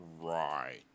Right